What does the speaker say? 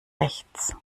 rechts